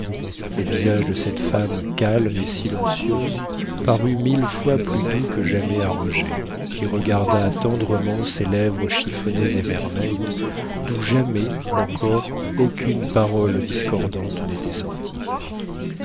le visage de cette femme calme et silencieuse parut mille fois plus doux que jamais à roger qui regarda tendrement ces lèvres chiffonnées et vermeilles d'où jamais encore aucune parole discordante n'était sortie